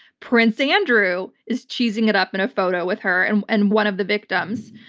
prince andrew is cheesing it up in a photo with her and and one of the victims.